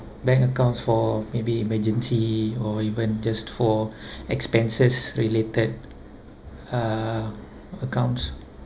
bank accounts for maybe emergency or even just for expenses related uh accounts